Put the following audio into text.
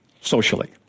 socially